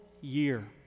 year